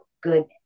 good